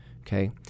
Okay